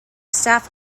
staff